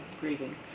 grieving